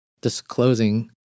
disclosing